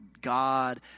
God